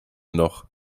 noch